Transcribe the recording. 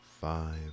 five